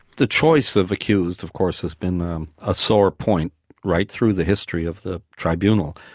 the choice of accused of course has been a sore point right through the history of the tribunal.